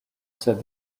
said